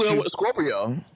Scorpio